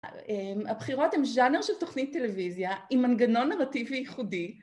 הבחירות הם ז'אנר של תוכנית טלוויזיה עם מנגנון נרטיב ייחודי.